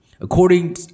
According